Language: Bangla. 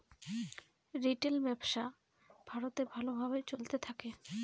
রিটেল ব্যবসা ভারতে ভালো ভাবে চলতে থাকে